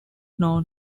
known